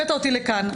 הבאת אותי לכאן.